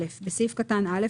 (א) בסעיף קטן (א),